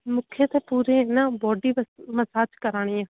मूंखे त पूरे न बॉडी मसाज कराइणी आहे